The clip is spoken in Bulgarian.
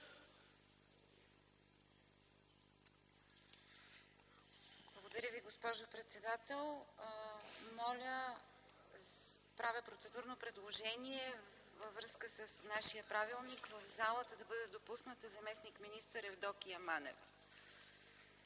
Благодаря Ви, госпожо председател. Правя процедурно предложение във връзка с нашия правилник в залата да бъде допусната заместник-министър Евдокия Манева.